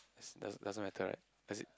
does doesn't doesn't matter right does it